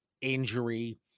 injury